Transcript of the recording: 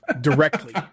directly